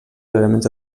elements